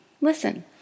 listen